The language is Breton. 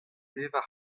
pevar